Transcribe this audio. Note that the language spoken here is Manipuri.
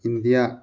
ꯏꯟꯗꯤꯌꯥ